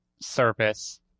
service